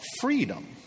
freedom